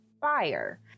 fire